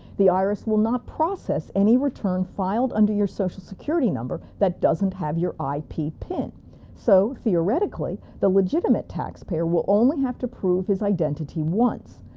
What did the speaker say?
the irs will not process any return filed under your social security number that doesn't have your ippin. so theoretically, the legitimate taxpayer will only have to prove his identity once.